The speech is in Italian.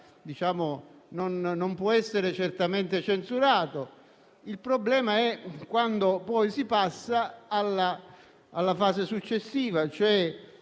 non può essere certamente censurato. Il problema è quando poi si passa alla fase successiva,